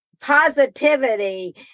positivity